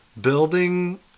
building